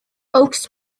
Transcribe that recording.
oaks